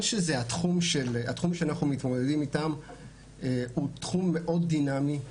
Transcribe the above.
התחום שאנחנו מתמודדים איתו הוא תחום מאוד דינמי,